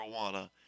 marijuana